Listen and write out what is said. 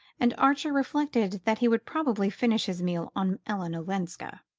and archer reflected that he would probably finish his meal on ellen olenska.